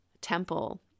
temple